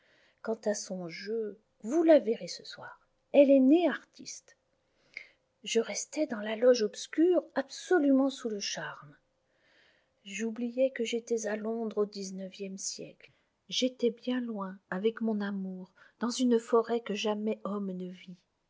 quant à son jeu vous la verrez ce soir elle est née artiste je restais dans la loge obscure absolument sous le charme j'oubliais que j'étais à londres au xix siècle j'élais bien loin avec mon amour dans une forêt que jamais homme ne vit